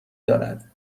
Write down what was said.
دارد